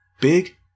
Big